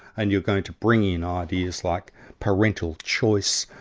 and you're going to bring in ideas like parental choice,